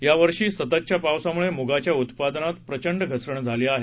या वर्षी सततच्या पावसामुळे मुगाच्या उत्पादनात प्रचंड घसरण झाली आहे